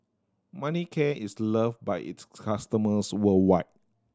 Manicare is loved by its customers worldwide